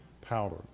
powder